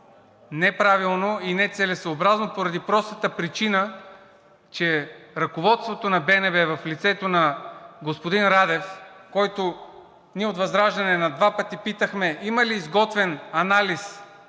неправилно и нецелесъобразно поради простата причина, че ръководството на БНБ в лицето на господин Радев, който ние от ВЪЗРАЖДАНЕ на два пъти питахме има ли изготвен анализ